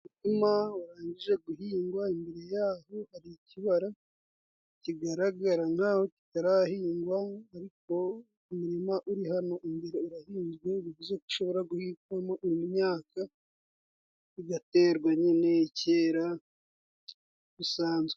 Umurima warangije guhingwa imbere yaho hari ikibara, kigaragara nk'aho kitarahingwa ariko umurima uri hano imbere urahinzwe bivuze ko ushobora guhigwamo imyaka igaterwa nyine ikera bisanzwe.